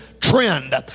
trend